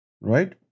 Right